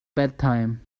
bedtime